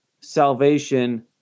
salvation